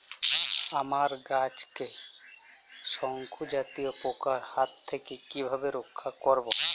আমার গাছকে শঙ্কু জাতীয় পোকার হাত থেকে কিভাবে রক্ষা করব?